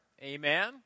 Amen